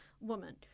woman